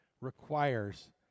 requires